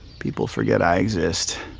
people forget i exist.